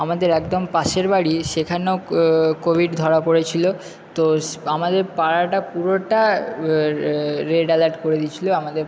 আমাদের একদম পাশের বাড়ির সেখানেও কোভিড ধরা পড়েছিলো তো আমাদের পাড়াটা পুরোটা রেড অ্যালার্ট করে দিয়েছিলো আমাদের